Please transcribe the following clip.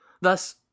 Thus